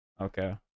Okay